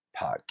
Podcast